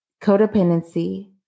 codependency